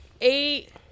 eight